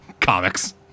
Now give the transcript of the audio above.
comics